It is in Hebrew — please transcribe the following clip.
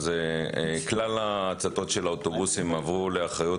כלל ההצתות של האוטובוסים עברו לאחריות